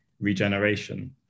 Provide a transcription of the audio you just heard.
regeneration